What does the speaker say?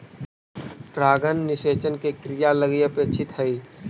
परागण निषेचन के क्रिया लगी अपेक्षित हइ